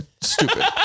Stupid